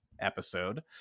episode